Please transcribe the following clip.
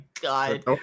god